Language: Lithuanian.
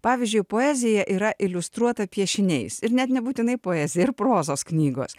pavyzdžiui poezija yra iliustruota piešiniais ir net nebūtinai poezija ir prozos knygos